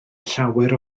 llawer